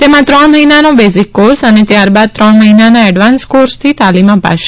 તેમાં ત્રણ મહિનાનો બેઝીક કોર્સ અને ત્યારબાદ ત્રણ મહિનાના એડવાન્સ કોર્સથી તાલીમ અપાશે